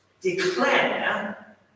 declare